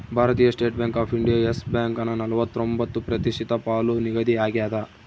ಭಾರತೀಯ State Bank of India Yes ಬ್ಯಾಂಕನ ನಲವತ್ರೊಂಬತ್ತು ಪ್ರತಿಶತ ಪಾಲು ನಿಗದಿಯಾಗ್ಯದ